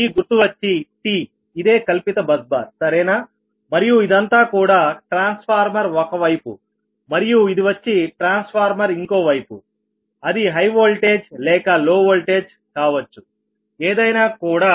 ఈ గుర్తు వచ్చి tఇదే కల్పిత బస్ బార్ సరేనా మరియు ఇదంతా కూడా ట్రాన్స్ఫార్మర్ ఒకవైపు మరియు ఇది వచ్చి ట్రాన్స్ఫార్మర్ ఇంకోవైపు అది హై వోల్టేజ్ లేక లో వోల్టేజ్ కావచ్చు ఏదైనా కూడా